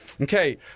Okay